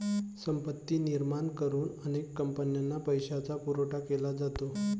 संपत्ती निर्माण करून अनेक कंपन्यांना पैशाचा पुरवठा केला जातो